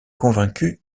convaincu